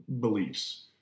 beliefs